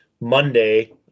Monday